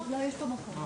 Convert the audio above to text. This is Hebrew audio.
בבקשה.